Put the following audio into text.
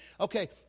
Okay